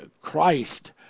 Christ